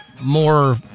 more